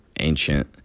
ancient